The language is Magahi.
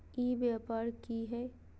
ई व्यापार की हाय?